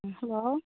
hello